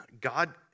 God